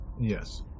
yes